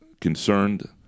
concerned